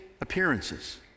appearances